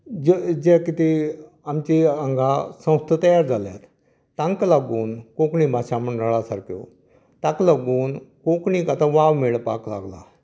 जें जें कितें आमचे हांगा संस्था तयार जाल्यात तांकां लागून कोंकणी भाशा मंडळा सारक्यो ताक लागून कोंकणीक आतां वाव मेळपाक लागला